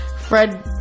Fred